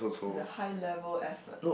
it's a high level effort